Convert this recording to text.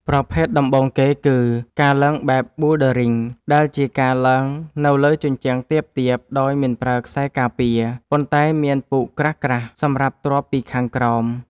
ប្រភេទដំបូងគេគឺ ការឡើងបែបប៊ូលឌើរីង ដែលជាការឡើងនៅលើជញ្ជាំងទាបៗដោយមិនប្រើខ្សែការពារ ប៉ុន្តែមានពូកក្រាស់ៗសម្រាប់ទ្រាប់ពីខាងក្រោម។